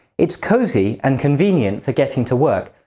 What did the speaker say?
it's cosy and convenient for getting to work,